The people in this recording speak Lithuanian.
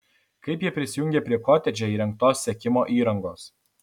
kaip jie prisijungė prie kotedže įrengtos sekimo įrangos